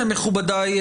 מכובדיי,